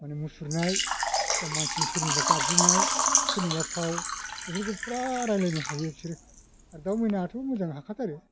माने मुसुरनाय बा मानसिनि सोरनिबा गाबज्रिनाय सोरनिबा फाव बेफोरखौ फुरा रायलायनो हायो बिसोरो आरो दाउ मैनायाथ' मोजां हाखाथारो